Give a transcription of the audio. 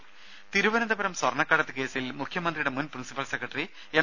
രുമ തിരുവനന്തപുരം സ്വർണ്ണക്കടത്ത് കേസിൽ മുഖ്യമന്ത്രിയുടെ മുൻ പ്രിൻസിപ്പൽ സെക്രട്ടറി എം